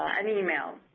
i mean email,